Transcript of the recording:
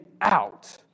out